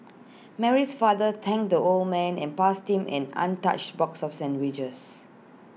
Mary's father thanked the old man and passing him an untouched box of sandwiches